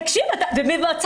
אתה לא מבין,